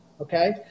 Okay